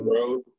Road